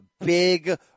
Big